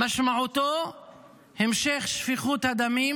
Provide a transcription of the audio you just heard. שמשמעותו המשך שפיכות הדמים